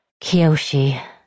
Kiyoshi